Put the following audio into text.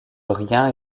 rien